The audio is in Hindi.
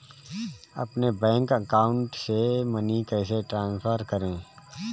अपने बैंक अकाउंट से मनी कैसे ट्रांसफर करें?